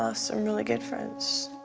ah some really good friends.